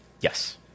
Yes